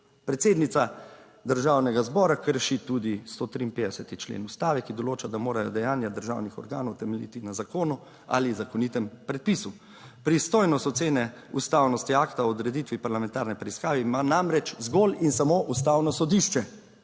Predsednica Državnega zbora krši tudi 153. člen Ustave, ki določa, da morajo dejanja državnih organov temeljiti na zakonu ali zakonitem predpisu. Pristojnost ocene ustavnosti akta o odreditvi parlamentarne preiskave ima namreč zgolj in samo Ustavno sodišče.